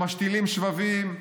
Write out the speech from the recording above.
שמשתילים שבבים,